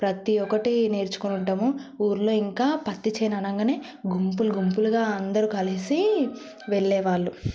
ప్రతి ఒక్కటి నేర్చుకుంటాము ఊర్లో ఇంకా పత్తి చేను అనంగానే గుంపులు గుంపులుగా అందరు కలిసి వెళ్ళే వాళ్ళు